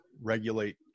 regulate